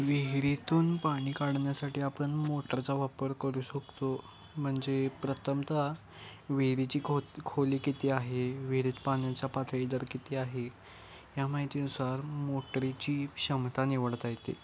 विहिरीतून पाणी काढण्यासाठी आपण मोटरचा वापर करू शकतो म्हणजे प्रथमतः विहिरीची खो खोली किती आहे विहिरीत पाण्याचा पातळीदर किती आहे या माहितीनुसार मोटरीची क्षमता निवडता येते